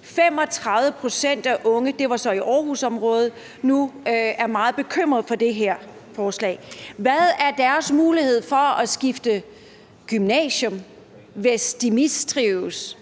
– nu er meget bekymrede for det her forslag. Hvad er deres muligheder for at skifte gymnasium, hvis de mistrives